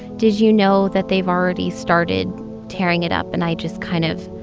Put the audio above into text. did you know that they've already started tearing it up? and i just kind of